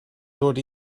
dod